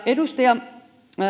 edustaja